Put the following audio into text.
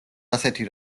ასეთი